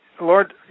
Lord